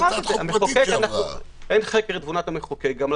אין חקר תבונת המחוקק.